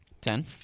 Ten